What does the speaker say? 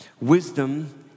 Wisdom